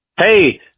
Hey